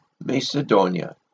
Macedonia